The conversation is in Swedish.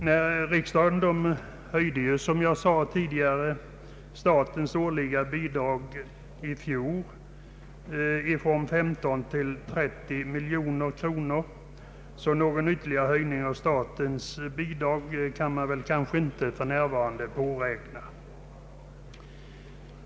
När riksdagen i fjol — som jag tidigare sade — höjde statens årliga bidrag från 15 till 30 miljoner kronor, kan man väl för närvarande knappast påräkna någon ytterligare höjning.